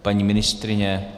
Paní ministryně?